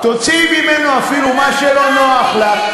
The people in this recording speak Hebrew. תוציאו ממנו אפילו מה שלא נוח לך,